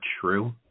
true